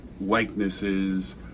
likenesses